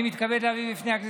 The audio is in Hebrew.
אני מתכבד להביא בפני הכנסת,